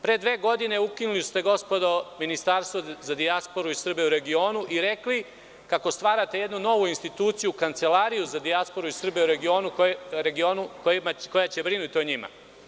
Pre dve godine ukinuli ste Ministarstvo za dijasporu i Srbe u regionu i rekli kako stvarate jednu novu instituciju, Kancelariju za dijasporu i Srbe u regionu koja će brinuti o njima.